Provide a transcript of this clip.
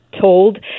told